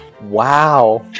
Wow